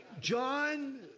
John